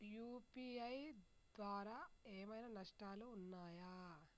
UPI ద్వారా ఏమైనా నష్టాలు ఉన్నయా?